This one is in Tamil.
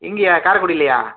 இங்கேயா காரைக்குடிலயா